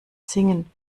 singen